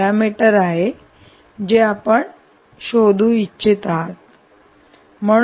तर हे एक पॅरामीटर आहे जे आपण शोधू इच्छित आहात